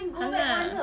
!hanna!